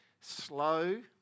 slow